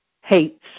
Hates